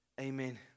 amen